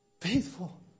Faithful